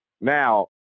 Now